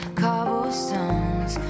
cobblestones